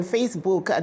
Facebook